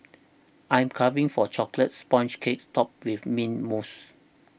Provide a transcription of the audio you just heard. I'm carving for Chocolate Sponge Cake Topped with Mint Mousse